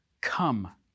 come